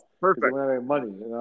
perfect